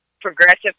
progressive